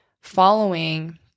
following